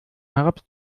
herab